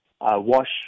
wash